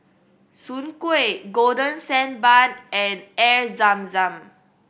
soon kway Golden Sand Bun and Air Zam Zam